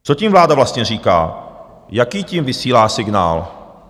Co tím vláda vlastně říká, jaký tím vysílá signál?